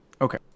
Okay